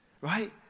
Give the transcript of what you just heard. right